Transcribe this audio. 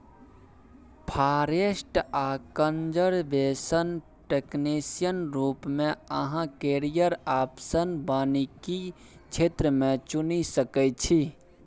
forest आ conservation technician रुप मे अहाँ कैरियर आप्शन बानिकी क्षेत्र मे चुनि सकै छी